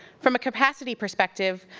from a capacity perspective,